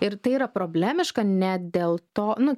ir tai yra problemiška ne dėl to nu